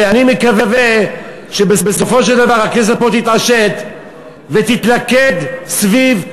ואני מקווה שבסופו של דבר הכנסת פה תתעשת ותתלכד סביב,